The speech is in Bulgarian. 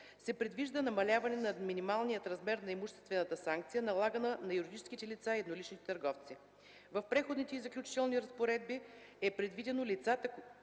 се предвижда намаляване на минималния размер на имуществената санкция, налагана на юридическите лица и едноличните търговци. В преходните и заключителните разпоредби е предвидено лицата,